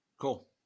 Cool